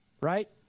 right